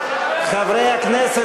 חברי הכנסת,